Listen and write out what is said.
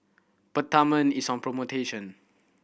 Peptamen is on promotion